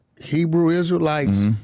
Hebrew-Israelite's